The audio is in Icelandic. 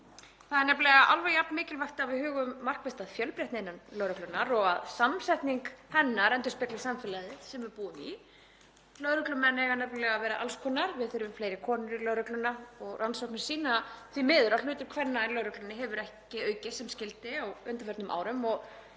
Það er nefnilega alveg jafn mikilvægt að við hugum markvisst að fjölbreytni innan lögreglunnar og að samsetning hennar endurspegli samfélagið sem við búum í. Lögreglumenn eiga nefnilega að vera alls konar. Við þurfum fleiri konur í lögregluna. Rannsóknir sýna því miður að hlutur kvenna í lögreglunni hefur ekki aukist sem skyldi á undanförnum árum